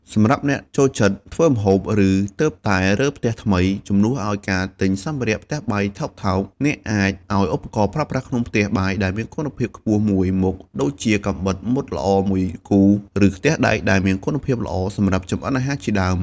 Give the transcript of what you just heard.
សម្រាប់អ្នកចូលចិត្តធ្វើម្ហូប ឬទើបតែរើផ្ទះថ្មី ជំនួសឱ្យការទិញសម្ភារៈផ្ទះបាយថោកៗ អ្នកអាចឱ្យឧបករណ៍ប្រើប្រាស់ក្នុងផ្ទះបាយដែលមានគុណភាពខ្ពស់មួយមុខ ដូចជាកាំបិតមុតល្អមួយគូ ឬខ្ទះដែកដែលមានគុណភាពល្អសម្រាប់ចម្អិនអាហារជាដើម។